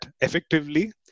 effectively